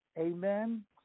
Amen